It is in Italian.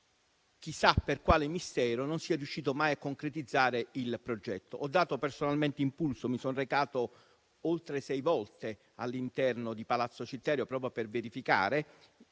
chissà per quale mistero, non si è riusciti mai a concretizzare il progetto. Ho dato personalmente impulso al progetto, recandomi sei volte all'interno di palazzo Citterio proprio per verificare